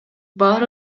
бар